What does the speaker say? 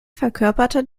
verkörperte